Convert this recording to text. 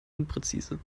unpräzise